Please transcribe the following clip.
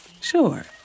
Sure